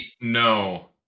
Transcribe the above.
No